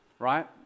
right